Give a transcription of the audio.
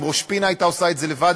אם ראש-פינה הייתה עושה את זה לבד,